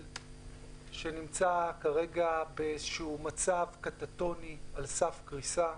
שנמצא במצב קטטוני על סף קריסה.